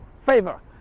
favor